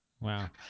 Wow